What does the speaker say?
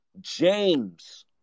James